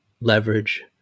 leverage